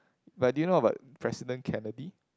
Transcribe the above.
but did you know about President-Kennedy